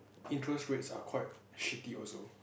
interest rates are quite shitty also